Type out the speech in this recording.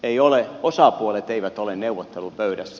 ei ole osapuolet eivät ole neuvottelupöydässä